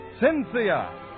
Cynthia